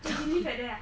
so you live at there ah